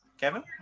Kevin